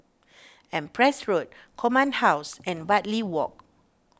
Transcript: Empress Road Command House and Bartley Walk